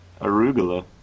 Arugula